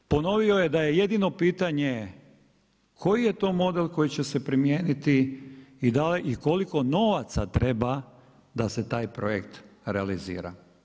Ponovio je da je jedino pitanje koji je to model koji će se primijeniti i koliko novaca treba da se taj projekt realizira.